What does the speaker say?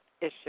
issue